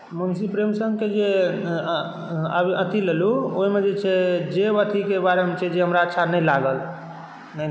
मुंशी प्रेमचन्दके जे अथी लेलहुँ ओहिमे जे छै जेब अथीके बारेमे छै जे हमरा अच्छा नहि लागल नहि